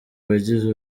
wagize